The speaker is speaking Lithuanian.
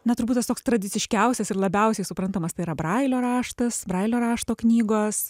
na turbūt tas toks tradiciškiausias ir labiausiai suprantamas tai yra brailio raštas brailio rašto knygos